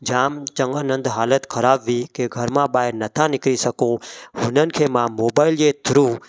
जामु चङनि हंधु हालति ख़राबु हुई की घर मां ॿाहिरि न था निकिरी सघूं हुननि खे मां मोबाइल जे थ्रू